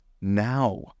now